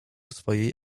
swej